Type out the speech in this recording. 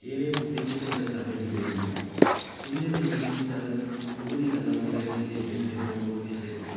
इ'ने बूह्टे जेह्के होंदे ओह् साढ़ै होंदें गै होंदें ना इ' नें बूह्टे गी ज्यादा कक्ख नी करना पौंदा ऐ ज्यादा दिखदे र'वो